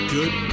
Good